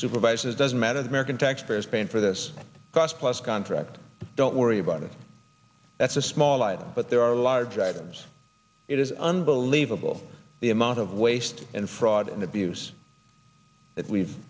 supervises doesn't matter the american taxpayer is paying for this cost plus contracts don't worry about it that's a small item but there are larger items it is unbelievable the amount of waste and fraud and abuse that we've